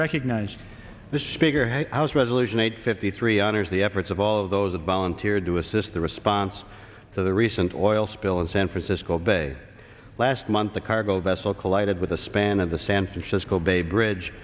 recognized the speaker house resolution eight fifty three honors the efforts of all of those volunteered to assist the response to the recent oil spill in san francisco bay last month a cargo vessel collided with a span of the san francisco bay bridge